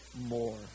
more